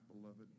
beloved